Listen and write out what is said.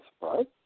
right